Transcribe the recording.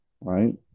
right